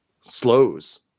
slows